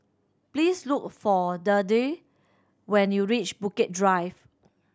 please look for Deirdre when you reach Bukit Drive